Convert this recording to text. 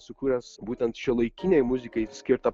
sukūręs būtent šiuolaikinei muzikai skirtą